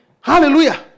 Hallelujah